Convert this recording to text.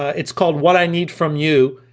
ah it's called what i need from you,